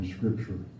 Scripture